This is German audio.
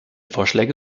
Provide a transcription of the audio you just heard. vorschläge